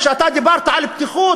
כשאתה דיברת על פתיחות,